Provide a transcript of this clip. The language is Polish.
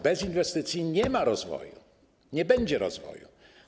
Bez inwestycji nie ma rozwoju, nie będzie rozwoju.